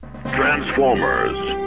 Transformers